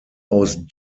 aus